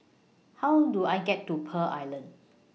How Do I get to Pearl Island